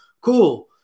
cool